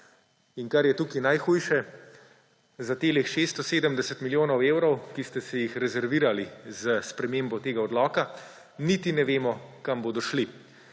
In kar je tukaj najhujše, za teh 670 milijonov evrov, ki ste si jih rezervirali s spremembo tega odloka, niti ne vemo, kam bodo šli.